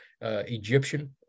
Egyptian